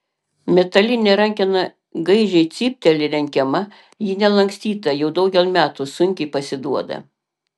metalinė rankena gaižiai cypteli lenkiama ji nelankstyta jau daugel metų sunkiai pasiduoda